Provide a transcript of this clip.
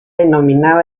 denominaba